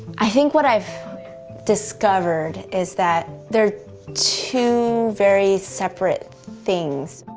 i think what i've discovered is that they are two very separate things,